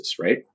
right